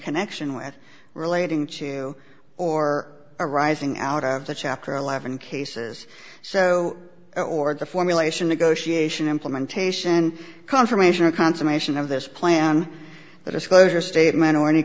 connection with it relating to or arising out of the chapter eleven cases so ordered the formulation negotiation implementation confirmation or consummation of this plan the disclosure statement or any